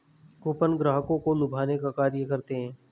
coupon ग्राहकों को लुभाने का कार्य करते हैं